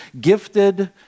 Gifted